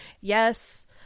yes